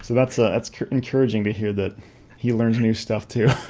that's ah that's encouraging to hear that he learns new stuff too.